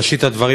בראשית הדברים,